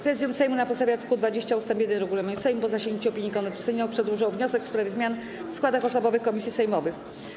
Prezydium Sejmu na podstawie art. 20 ust. 1 regulaminu Sejmu, po zasięgnięciu opinii Konwentu Seniorów, przedłożyło wniosek w sprawie zmian w składach osobowych komisji sejmowych.